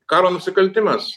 karo nusikaltimas